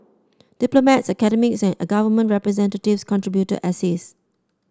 diplomats academics and government representatives contributed essays